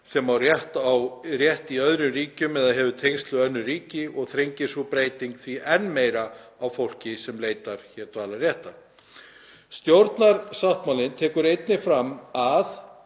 sem á rétt í öðrum ríkjum eða hefur tengsl við önnur ríki og þrengir sú breyting því enn meira að fólki sem leitar hér dvalarréttar. Stjórnarsáttmálinn tekur einnig fram að